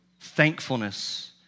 thankfulness